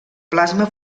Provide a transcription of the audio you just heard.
plasma